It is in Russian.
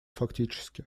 фактически